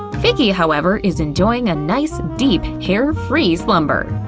vicky, however, is enjoying a nice deep, hair-free slumber.